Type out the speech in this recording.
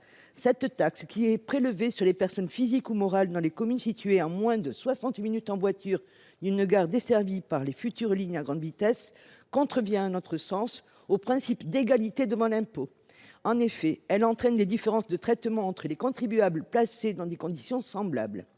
Cette taxe, qui est prélevée sur les personnes physiques ou morales dans les communes situées à moins de soixante minutes en voiture d’une gare desservie par les futures lignes à grande vitesse, contrevient à notre sens au principe d’égalité devant l’impôt. En effet, elle entraîne des différences de traitement entre des contribuables placés dans des conditions semblables.